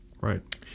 Right